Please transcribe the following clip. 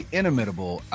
inimitable